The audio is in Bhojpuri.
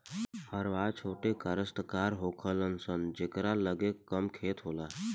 हरवाह छोट कास्तकार होलन सन जेकरा लगे कम खेत होला